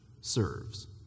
serves